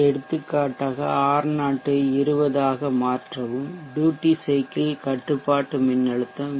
எடுத்துக்காட்டாக R0 ஐ 20 ஆக மாற்றவும் ட்யூட்டி சைக்கிள் கட்டுப்பாட்டு மின்னழுத்தம் வி